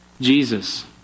Jesus